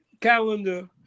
calendar